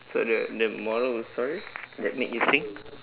so the the moral of the story that made you think